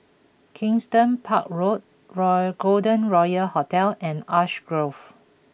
Kensington Park Road Golden Royal Hotel and Ash Grove